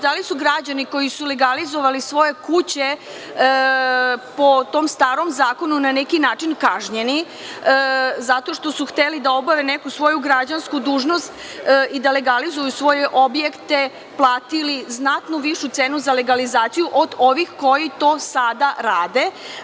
Da li su građani koji su legalizovali svoje kuće po tom starom zakonu na neki način kažnjeni zato što su hteli da obave neku svoju građansku dužnost i da legalizuju svoje objekte platili znatno višu cenu za legalizaciju od ovih koji to sada rade?